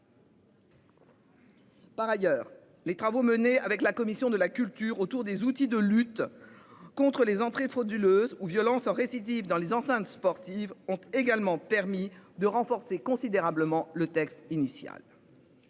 Par ailleurs les travaux menés avec la commission de la culture, autour des outils de lutte. Contre les entrées frauduleuse ou violence en récidive dans les enceintes sportives ont également permis de renforcer considérablement le texte initial.